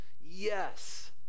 Yes